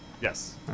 Yes